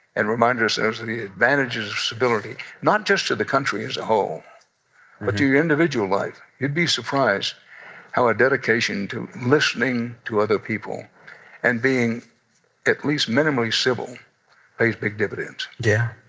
and remind ourselves of the advantages of civility, not just to the country as a whole but to individual life. you'd be surprised how a dedication to listening to other people and being at least minimally civil pays big dividends yeah.